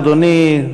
אדוני,